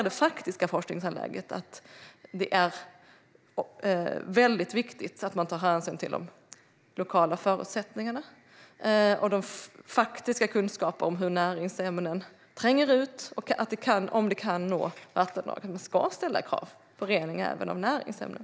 Det faktiska forskningsläget visar att det är väldigt viktigt att ta hänsyn till de lokala förutsättningarna. De faktiska kunskaperna om hur näringsämnen tränger ut och huruvida de kan nå vattendrag säger att vi ska ställa krav på vattenrening även från näringsämnen.